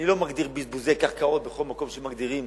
אני לא מגדיר בזבוזי קרקעות בכל מקום שמגדירים